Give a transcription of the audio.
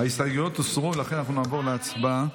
ההסתייגויות הוסרו, ולכן אנחנו נעבור להצבעה.